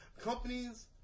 companies